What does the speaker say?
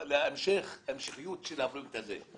זה להמשכיות של הפרויקט הזה.